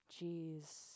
Jeez